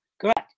Correct